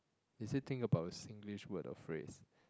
they say think about Singlish word or phrase